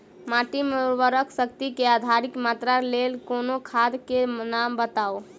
माटि मे उर्वरक शक्ति केँ अधिक मात्रा केँ लेल कोनो खाद केँ नाम बताऊ?